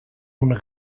una